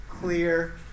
clear